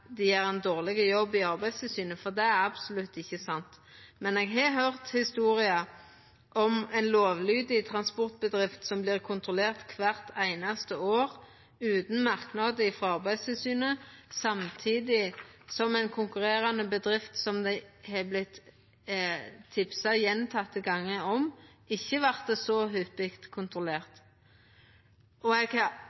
gjer ein dårleg jobb i Arbeidstilsynet, for det er absolutt ikkje sant. Men eg har høyrt historier om ei lovlydig transportbedrift som vert kontrollert kvart einaste år, utan merknader frå Arbeidstilsynet, samtidig som ei konkurrerande bedrift som det har vorte tipsa om gjentekne gonger, ikkje vert så